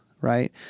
right